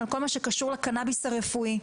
בכל מה שקשור לקנאביס הרפואי.